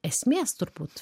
esmės turbūt